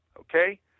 okay